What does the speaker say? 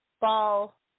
ball